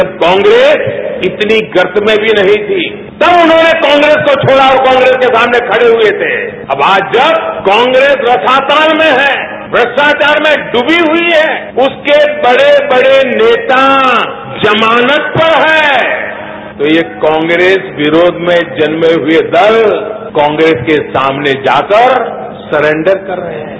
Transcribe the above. जब कांग्रेस इतनी गर्त में भी नहीं थी तब उन्होंने कांग्रेस को छोड़ा और कांग्रेस के सामने खड़े हुए थे अब आज जब कांग्रेस रसातल में है भ्रष्टाचार में डूबी हुई है उसके बड़े बड़े नेता जमानत पर हैं तो ये कांग्रेस विरोध में जन्मे हुए दल कांग्रेस के सामने जाकर सरेंडर कर रहे हैं